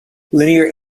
linear